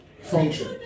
function